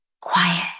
quiet